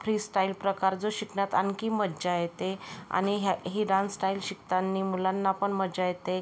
freestyle प्रकार जो शिकण्यात आणखी मज्जा येते आणि ह्या ही डान्स स्टाईल शिकताना मुलांना पण मजा येते